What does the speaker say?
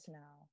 now